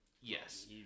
Yes